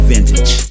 Vintage